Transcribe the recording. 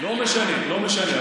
לא משנה, לא משנה.